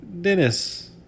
Dennis